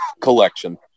collection